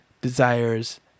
desires